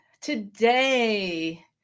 today